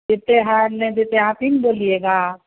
देते हैं नहीं देते हैं आप ही न बोलिएगा